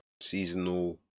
seasonal